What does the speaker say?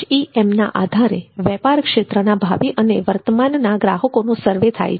HEMના આધારે વેપાર ક્ષેત્રના ભાવિ અને વર્તમાનના ગ્રાહકોનો સર્વે થાય છે